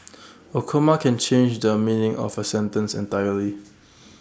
A comma can change the meaning of A sentence entirely